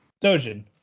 Dojin